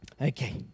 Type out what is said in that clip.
Okay